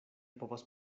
povas